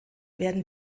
werden